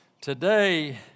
Today